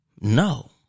No